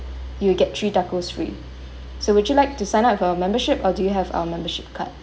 you'll get three tacos free so would you like to sign up for membership or do you have our membership card